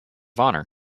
honor